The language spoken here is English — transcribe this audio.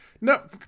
No